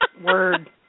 Word